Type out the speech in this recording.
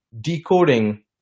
decoding